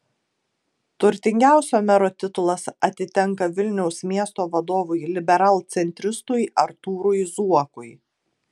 turtingiausio mero titulas atitenka vilniaus miesto vadovui liberalcentristui artūrui zuokui